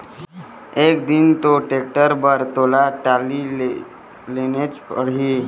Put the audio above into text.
एक दिन तो टेक्टर बर तोला टाली लेनच परही